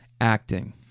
acting